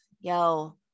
Yo